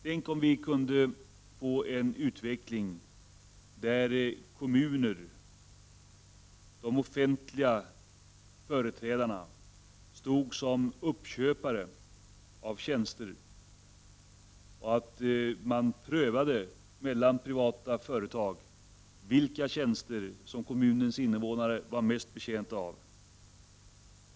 Tänk, om vi kunde få en utveckling där kommunerna, de offentliga företrädarna, agerade som uppköpare av tjänster och att man valde de tjänster som kommunens invånare var mest betjänta av.